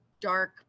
dark